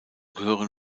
gehören